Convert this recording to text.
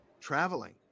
traveling